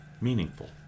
meaningful